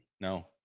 no